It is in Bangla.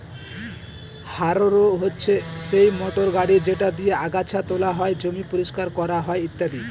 হাররো হচ্ছে সেই মোটর গাড়ি যেটা দিয়ে আগাচ্ছা তোলা হয়, জমি পরিষ্কার করা হয় ইত্যাদি